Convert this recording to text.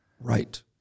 Right